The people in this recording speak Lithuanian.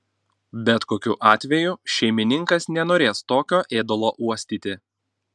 bet kokiu atveju šeimininkas nenorės tokio ėdalo uostyti